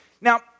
Now